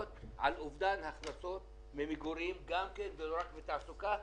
על אובדן הכנסות ממגורים גם כן ולא רק מתעסוקה,